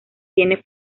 tiene